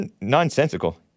nonsensical